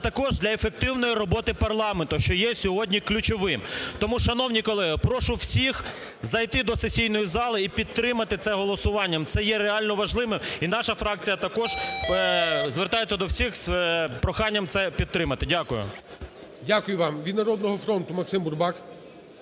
але також для ефективної роботи парламенту, що є сьогодні ключовим. Тому, шановні колеги, прошу всіх зайти до сесійної зали і підтримати це голосуванням, це є реально важливо. І наша фракція також звертається до всіх з проханням це підтримати. Дякую. ГОЛОВУЮЧИЙ. Дякую вам. Від "Народного фронту" Максим Бурбак.